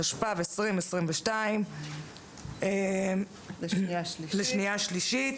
התשפ"ב-2022 לקריאה שנייה ושלישית.